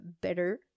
better